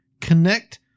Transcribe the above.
connect